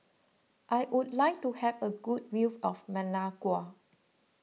I would like to have a good view of Managua